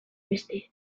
beste